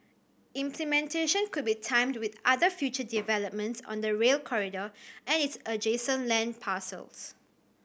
implementation could be timed with other future developments on the Rail Corridor and its adjacent land parcels